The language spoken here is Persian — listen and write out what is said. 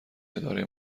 اداره